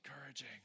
encouraging